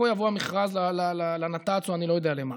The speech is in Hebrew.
יבוא המכרז לנת"צ או אני לא יודע למה.